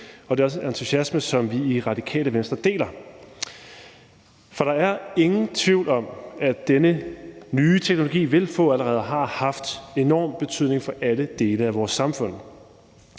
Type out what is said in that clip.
og det er også en entusiasme, som vi i Radikale Venstre deler. For der er ingen tvivl om, at denne nye teknologi allerede har haft og vil få enorm betydning for alle dele af vores samfund.